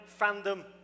fandom